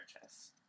purchase